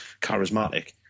charismatic